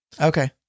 Okay